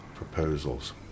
proposals